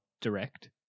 Direct